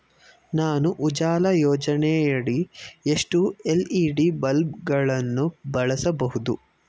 ನಾನು ಉಜಾಲ ಯೋಜನೆಯಡಿ ಎಷ್ಟು ಎಲ್.ಇ.ಡಿ ಬಲ್ಬ್ ಗಳನ್ನು ಬಳಸಬಹುದು?